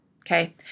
Okay